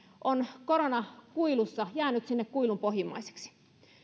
on koronakuilussa jäänyt sinne kuilun pohjimmaiseksi